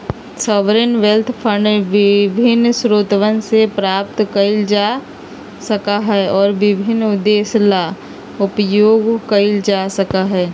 sovereign wealth fund विभिन्न स्रोतवन से प्राप्त कइल जा सका हई और विभिन्न उद्देश्य ला उपयोग कइल जा सका हई